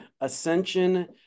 ascension